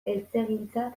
eltzegintza